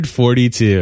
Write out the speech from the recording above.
142